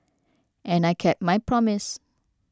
and I kept my promise